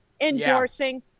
endorsing